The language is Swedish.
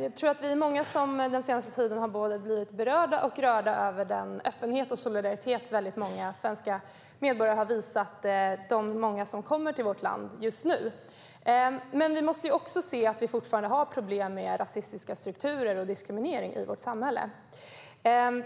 Jag tror att vi är många som den senaste tiden har blivit både berörda och rörda av den öppenhet och solidaritet som väldigt många svenska medborgare har visat de många som kommer till vårt land just nu. Men vi måste också se att vi fortfarande har problem med rasistiska strukturer och diskriminering i vårt samhälle.